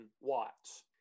watts